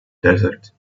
desert